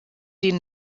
den